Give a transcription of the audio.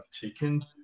taken